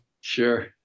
Sure